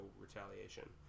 retaliation